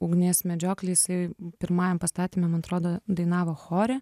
ugnies medžioklę jisai pirmajam pastatyme man atrodo dainavo chore